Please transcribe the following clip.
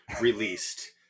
released